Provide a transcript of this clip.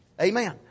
Amen